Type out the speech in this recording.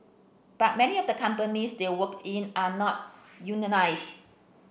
but many of the companies they work in are not unionised